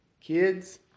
kids